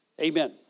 Amen